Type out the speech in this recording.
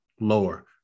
lower